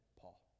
Paul